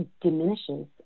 diminishes